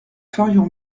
ferions